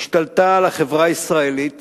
השתלטה על החברה הישראלית